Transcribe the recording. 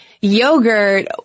yogurt